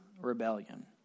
rebellion